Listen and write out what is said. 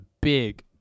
big